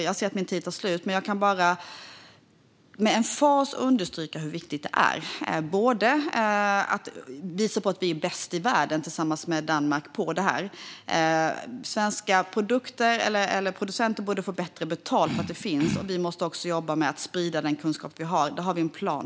Jag vill med emfas understryka hur viktig frågan är. Vi måste visa på att vi tillsammans med Danmark är bäst i världen i denna fråga. Svenska producenter borde få bättre betalt, och vi måste också jobba med att sprida den kunskap vi har. Där har vi en plan.